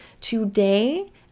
Today